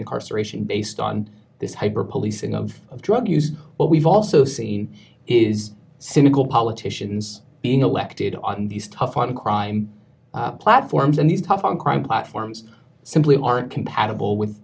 incarceration based on this hyper policing of drug use what we've also seen is cynical politicians being elected on these tough on crime platforms and these tough on crime platforms simply aren't compatible with